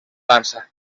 dansa